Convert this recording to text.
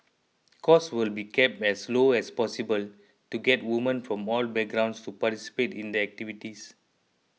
cost will be kept as low as possible to get women from all backgrounds to participate in the activities